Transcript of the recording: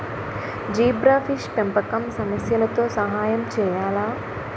Zebrafish పెంపకం సమస్యలతో సహాయం చేయాలా?